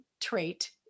trait